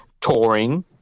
touring